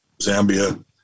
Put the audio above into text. Zambia